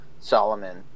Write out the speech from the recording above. Solomon